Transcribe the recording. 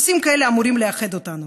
נושאים כאלה אמורים לאחד אותנו.